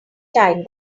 time